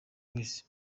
wese